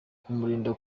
kumurinda